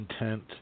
intent